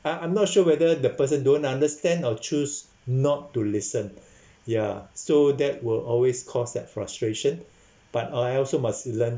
uh I'm not sure whether the person don't understand or choose not to listen ya so that will always cause that frustration but I also must learn